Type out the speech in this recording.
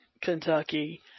Kentucky